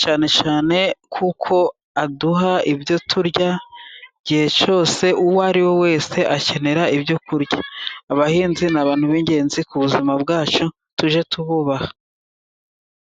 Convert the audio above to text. cyane cyane kuko aduha ibyo turya. Igihe cyose uwo ariwe wese akenera ibyo kurya. Abahinzi ni abantu b'ingenzi ku buzima bwacu, tujye tububaha.